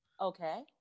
Okay